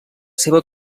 seva